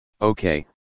okay